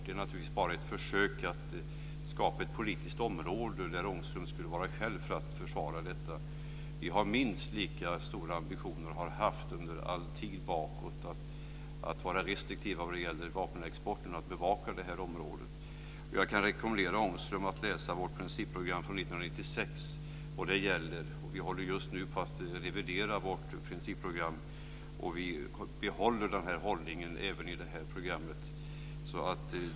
Det är naturligtvis bara ett försök att skapa ett politiskt område där Ångström skulle vara ensam att försvara detta. Vi har minst lika stora ambitioner, och har haft det under all tid bakåt, att vara restriktiva när det gäller vapenexporten och att bevaka det här området. Jag kan rekommendera Ångström att läsa vårt principprogram från 1996, det gäller. Vi håller just nu på att revidera vårt principprogram, och vi behåller vår hållning även i det här programmet.